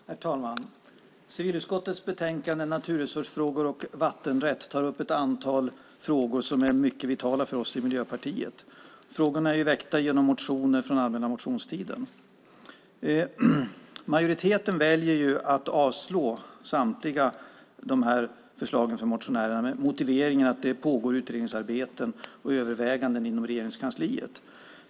Herr talman! Civilutskottets betänkande Naturresursfrågor och vattenrätt tar upp ett antal frågor som är mycket vitala för oss i Miljöpartiet. Frågorna är väckta genom motioner från den allmänna motionstiden. Majoriteten väljer att avstyrka samtliga förslag från motionärerna med motiveringar om att det pågår utredningsarbeten och överväganden inom Regeringskansliet.